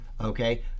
Okay